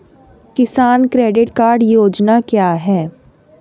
किसान credit card योजना क्या है?